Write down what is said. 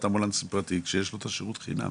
אמבולנסים פרטית כשיש לו את השירות חינם,